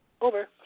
Over